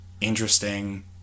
interesting